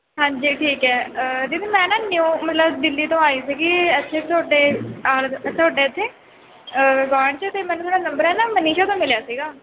ਹਾਂਜੀ ਠੀਕ ਏ ਦੀਦੀ ਮੈਂ ਨਾ ਨਿਊ ਮਤਲਬ ਦਿੱਲੀ ਤੋਂ ਆਏ ਸੀਗੇ ਇਥੇ ਤੁਹਾਡੇ ਆਲ ਤੁਹਾਡੇ ਇਥੇ ਗੁਆਂਢ 'ਚ ਅਤੇ ਮੈਨੂੰ ਤੁਹਾਡਾ ਨੰਬਰ ਹੈ ਨਾ ਮਨੀਸ਼ਾ ਤੋਂ ਮਿਲਿਆ ਸੀਗਾ